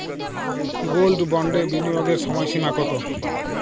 Gold বন্ডে বিনিয়োগের সময়সীমা কতো?